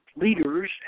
leaders